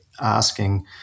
asking